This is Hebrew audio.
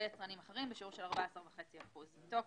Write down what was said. אחרים 14.5%. תוקף3.